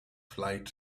flight